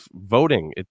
voting